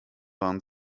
waren